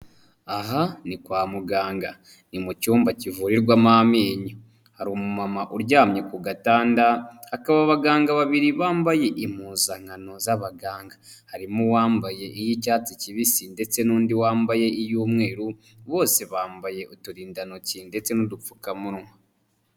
Aha ni kwa muganga, ni mu cyumba kivurirwamo amenyo, hari umumama uryamye ku gatanda, hakaba abaganga babiri bambaye impuzankano z'abaganga, harimo uwambaye iy'icyatsi kibisi ndetse n'undi wambaye iy'umweru, bose bambaye uturindantoki ndetse n'udupfukamunwa.